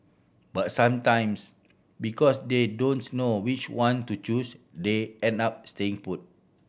but sometimes because they don't know which one to choose they end up staying put